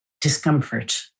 discomfort